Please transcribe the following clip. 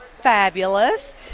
fabulous